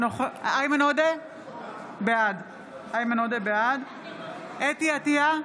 בעד חוה אתי עטייה,